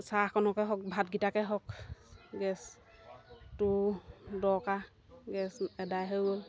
চাহকণকে হওক ভাতকেইটাকে হওক গেছটো দৰকাৰ গেছ এদায় হৈ গ'ল